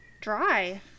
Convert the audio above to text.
Dry